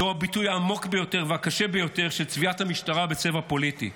זה הביטוי העמוק ביותר והקשה ביותר של צביעת המשטרה בצבע פוליטי.